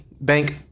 bank